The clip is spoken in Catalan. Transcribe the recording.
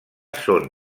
són